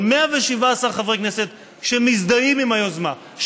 אבל 117 חברי כנסת מזדהים עם היוזמה,